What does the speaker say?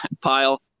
pile